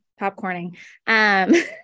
popcorning